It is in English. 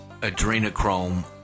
adrenochrome